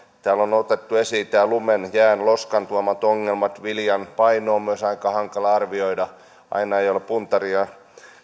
täällä on otettu esiin nämä lumen jään ja loskan tuomat ongelmat viljan paino on myös aika hankala arvioida aina ei ole puntaria